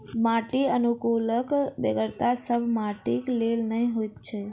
माटि अनुकुलकक बेगरता सभ माटिक लेल नै होइत छै